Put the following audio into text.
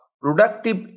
productive